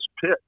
pit